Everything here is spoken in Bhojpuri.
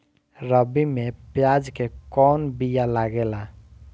रबी में प्याज के कौन बीया लागेला?